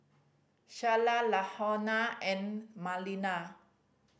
Shayla Lahoma and Malinda